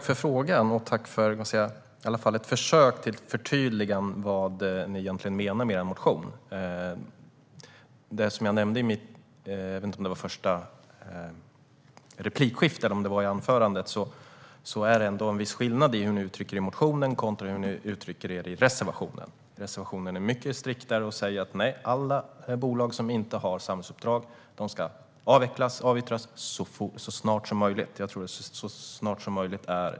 Fru talman! Tack för frågan, och tack för ett försökt till förtydligande om vad Alliansen menar med sin motion. I mitt anförande, eller i mitt första replikskifte, nämnde jag att det är en viss skillnad i hur ni uttrycker er i motionen kontra hur ni uttrycker er i reservationen. Reservationen är mycket striktare i fråga om att alla bolag som inte har samhällsuppdrag ska avyttras "så snart som möjligt".